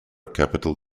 capital